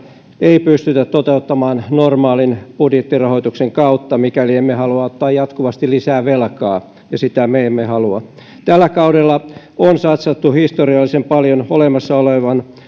ei pystytä toteuttamaan normaalin budjettirahoituksen kautta mikäli emme halua ottaa jatkuvasti lisää velkaa ja sitä me emme halua tällä kaudella on satsattu historiallisen paljon olemassa olevan